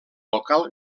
local